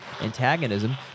antagonism